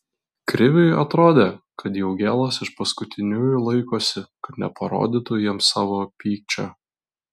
kriviui atrodė kad jaugėlas iš paskutiniųjų laikosi kad neparodytų jiems savo pykčio